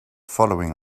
following